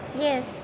Yes